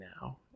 now